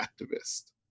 activist